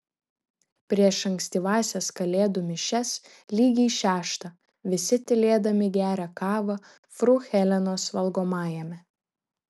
prieš ankstyvąsias kalėdų mišias lygiai šeštą visi tylėdami geria kavą fru helenos valgomajame